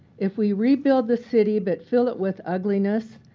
if we rebuild the city but fill it with ugliness,